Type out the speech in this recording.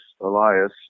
Elias